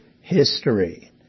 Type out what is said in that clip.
history